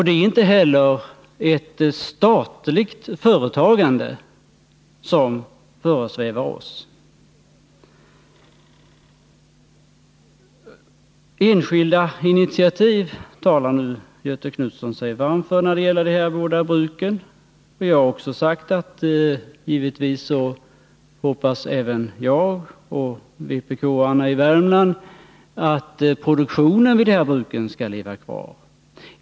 Det är inte heller ett statligt företagande som föresvävar oss. Enskilda initiativ talar Göthe Knutson sig varm för när det gäller de båda bruken. Och jag har också sagt att även jag och vpk-arna i Värmland givetvis hoppas att produktionen vid dessa bruk skall leva kvar.